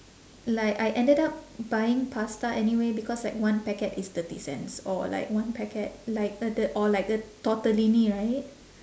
like I ended up buying pasta anyway because like one packet is thirty cents or like one packet like a the or like a tortellini right